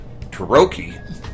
Taroki